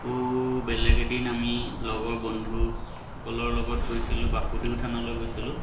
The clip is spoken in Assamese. আকৌ বেলেগ এদিন আমি লগৰ বন্ধুসকলৰ লগত গৈছিলোঁ বাসুদেৱ থানলৈ গৈছিলোঁ